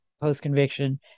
post-conviction